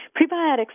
prebiotics